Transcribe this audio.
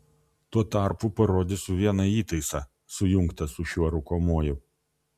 tuo tarpu parodysiu vieną įtaisą sujungtą su šiuo rūkomuoju